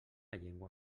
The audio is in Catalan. llengua